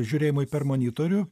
žiūrėjimui per monitorių